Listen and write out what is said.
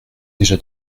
déjà